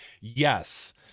Yes